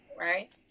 Right